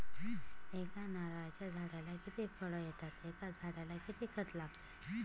एका नारळाच्या झाडाला किती फळ येतात? एका झाडाला किती खत लागते?